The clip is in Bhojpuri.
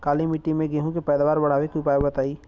काली मिट्टी में गेहूँ के पैदावार बढ़ावे के उपाय बताई?